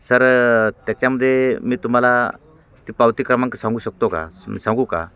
sir त्याच्यामध्ये मी तुम्हाला ते पावती क्रमांक सांगू शकतो का मी सांगू का